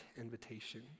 invitation